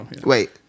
wait